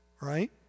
Right